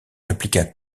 répliqua